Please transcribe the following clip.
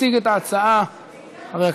אנחנו עוברים,